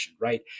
right